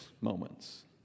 moments